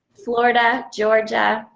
florida, georgia,